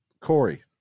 Corey